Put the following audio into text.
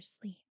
sleep